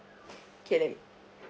K let me